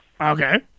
Okay